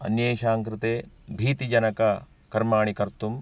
अन्येषां कृते भीतिजनककर्माणि कर्तुम्